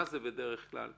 מה זה בדרך כלל?